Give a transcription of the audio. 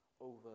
over